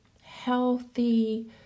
healthy